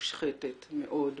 מושחתת מאוד,